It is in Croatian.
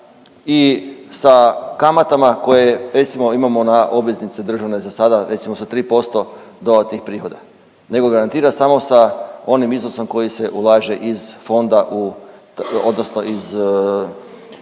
i sa kamatama koje recimo imamo na obveznice državne za sada recimo sa 3% dodatnih prihoda nego garantira samo sa onim iznosom koji se ulaže iz fonda odnosno iz